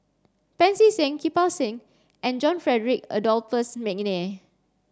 Pancy Seng Kirpal Singh and John Frederick Adolphus McNair